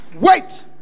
wait